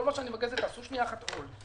כל מה שאני מבקש זה שתעשו שנייה אחת הולד,